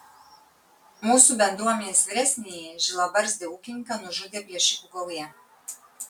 mūsų bendruomenės vyresnįjį žilabarzdį ūkininką nužudė plėšikų gauja